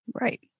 Right